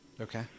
Okay